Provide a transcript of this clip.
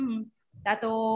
Tato